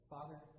Father